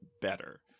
better